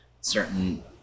certain